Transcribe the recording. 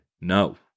no